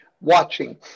watching